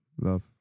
Love